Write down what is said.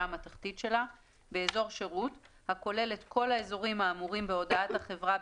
המתכתית שלה באזור שירות הכולל את כל האזורים האמורים בהודעת החברה,